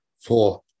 Four